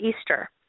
Easter